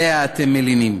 שעליה אתם מלינים.